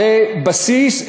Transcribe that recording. זה בסיס,